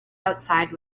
outside